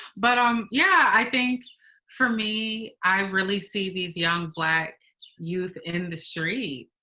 but um yeah, i think for me, i really see these young black youth in the street,